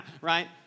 Right